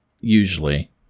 Usually